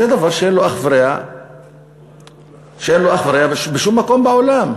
זה דבר שאין לו אח ורע בשום מקום בעולם.